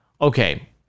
Okay